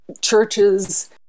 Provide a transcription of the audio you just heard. churches